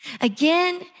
again